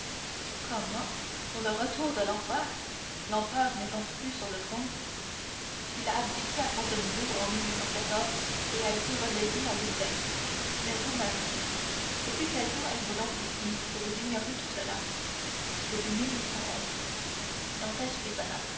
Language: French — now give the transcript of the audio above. comment pour le retour de l'empereur l'empereur n'est donc plus sur le trône il a abdiqué à fontainebleau en et a été relégué à l'île d'elbe mais vous-même depuis quel temps êtes-vous donc ici que vous ignorez tout cela depuis